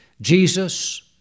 Jesus